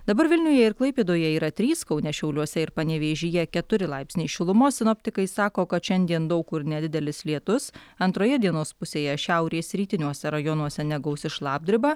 dabar vilniuje ir klaipėdoje yra trys kaune šiauliuose ir panevėžyje keturi laipsniai šilumos sinoptikai sako kad šiandien daug kur nedidelis lietus antroje dienos pusėje šiaurės rytiniuose rajonuose negausi šlapdriba